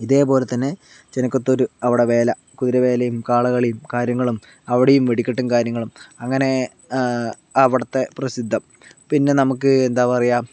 ഇതേപോലെതന്നെ ചെനക്കത്തൂര് അവിടെ വേല കുതിര വേലയും കാള കളിയും കാര്യങ്ങളും അവിടെയും വെടിക്കെട്ടും കാര്യങ്ങളും അങ്ങനേ അവിടത്തെ പ്രസിദ്ധം പിന്നെ നമുക്ക് എന്താ പറയുക